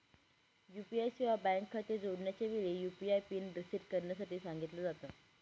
UPI सेवा bank खाते जोडण्याच्या वेळी, यु.पी.आय पिन सेट करण्यासाठी सांगितल जात